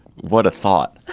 what a thought.